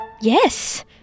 Yes